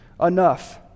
enough